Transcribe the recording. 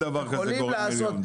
אין דבר כזה גורם עליון.